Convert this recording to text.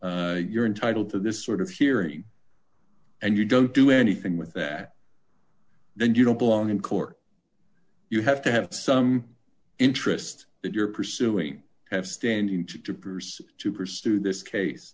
saying you're entitled to this sort of hearing and you don't do anything with that then you don't belong in court you have to have some interest that you're pursuing have standing to pursue t